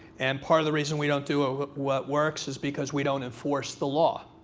and part of the reason we don't do ah what works is because we don't enforce the law.